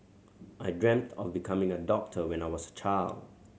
I dreamt of becoming a doctor when I was a child